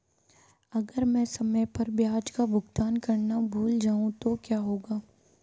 अगर मैं समय पर ब्याज का भुगतान करना भूल जाऊं तो क्या होगा?